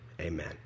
Amen